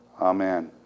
Amen